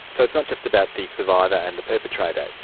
so it's not just about the survivor and the perpetrator.